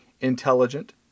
intelligent